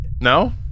No